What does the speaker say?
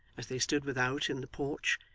as they stood without, in the porch,